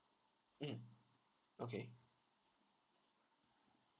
mmhmm okay